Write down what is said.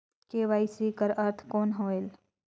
KYC कर अर्थ कौन होएल?